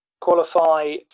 qualify